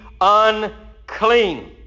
unclean